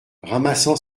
ramassant